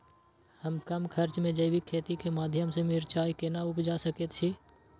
हम कम खर्च में जैविक खेती के माध्यम से मिर्चाय केना उपजा सकेत छी?